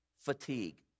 fatigue